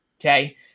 Okay